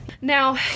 Now